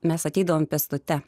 mes ateidavome pėstute